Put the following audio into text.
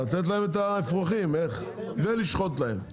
לתת להם את האפרוחים ולשחוט להם.